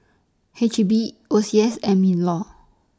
H E B O C S and MINLAW